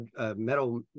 metal